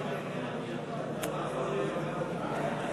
יהדות התורה להביע אי-אמון בממשלה לא נתקבלה.